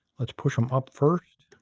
let's push them up first.